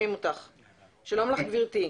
שלום לך גברתי.